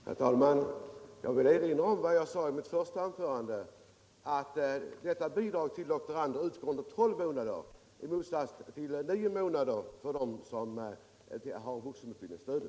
Herr talman! Jag vill erinra om vad jag sade i mitt första anförande. Bidraget till doktorander utgår under tolv månader i motsats till nio månader för övriga vuxenstuderande.